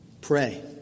pray